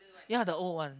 ya the old one